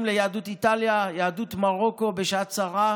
ליהדות איטליה ויהדות מרוקו בשעת צרה,